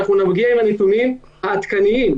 נגיע עם הנתונים העדכניים.